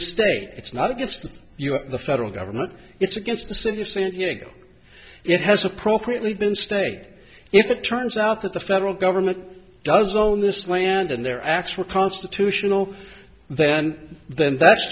it's not against us the federal government it's against the city of san diego it has appropriately been state if it turns out that the federal government does own this land and their acts were constitutional then then that's